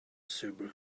super